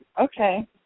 Okay